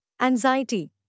anxiety